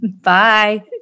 bye